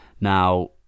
now